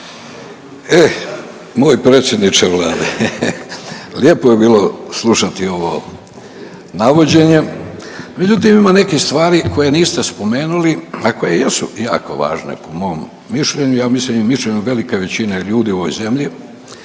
E moj predsjedniče Vlade. Lijepo je bilo slušati ovo navođenje, međutim, ima nekih stvari koje niste spomenuli, a koje jesu jako važno po mom mišljenju, ja mislim i mišljenju velike većine ljudi u ovoj zemlji,